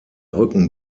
rücken